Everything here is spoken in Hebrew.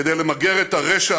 כדי למגר את הרשע